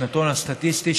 בשנתון הסטטיסטי,